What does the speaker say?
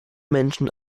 menschen